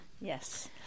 Yes